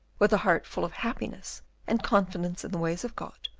with a heart full of happiness and confidence in the ways of god,